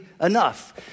enough